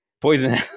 Poison